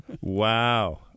Wow